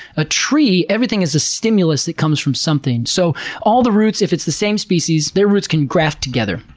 a tree, everything is a stimulus that comes from something. so all the roots, if it's the same species, their roots can graft together.